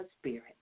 spirit